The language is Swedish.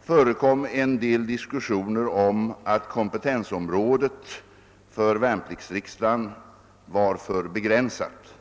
förekom en del diskussioner om att kompetensområdet för värnpliktsriksdagen var för begränsat.